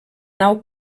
nau